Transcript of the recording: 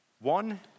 one